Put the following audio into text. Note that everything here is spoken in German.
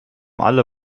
alle